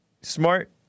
smart